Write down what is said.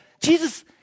Jesus